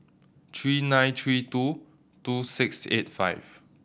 three nine three two two six eight five